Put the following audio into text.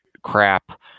crap